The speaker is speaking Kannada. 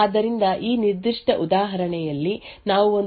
ಆದ್ದರಿಂದ ನಾವು ಒಂದು ನಿರ್ದಿಷ್ಟ ತಾಪಮಾನದಲ್ಲಿ 20 ° ಮತ್ತು 1